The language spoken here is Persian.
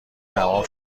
تمام